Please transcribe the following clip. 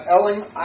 Elling